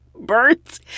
Birds